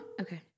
Okay